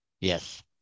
yes